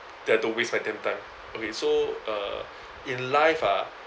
ya don't waste my damn time okay so uh in life ah